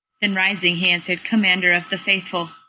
then rising, he answered commander of the faithful,